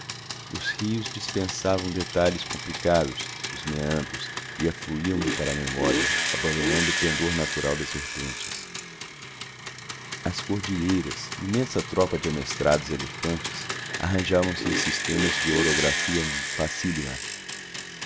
os rios dispensavam detalhes complicados dos meandros e afluíam me para a memória abandonando o pendor natural das vertentes as cordilheiras imensa tropa de amestrados elefantes arranjavam se em sistemas de orografia facílima